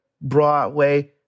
Broadway